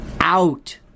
out